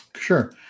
Sure